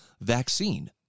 vaccine